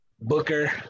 Booker